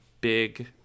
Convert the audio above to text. big